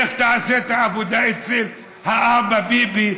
לך תעשה את העבודה אצל אבא ביבי,